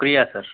شکریہ سر